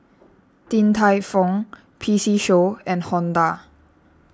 Din Tai Fung P C Show and Honda